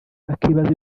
bakibaza